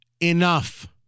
Enough